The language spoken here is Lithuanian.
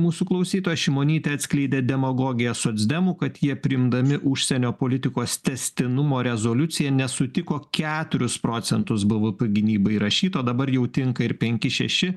mūsų klausytojas šimonytė atskleidė demagogiją socdemų kad jie priimdami užsienio politikos tęstinumo rezoliuciją nesutiko keturius procentus bvp gynybai įrašyta o dabar jau tinka ir penki šeši